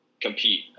compete